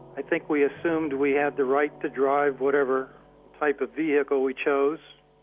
i think we assumed we had the right to drive whatever type of vehicle we chose,